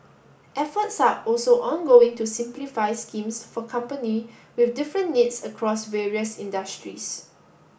efforts are also ongoing to simplify schemes for company with different needs across various industries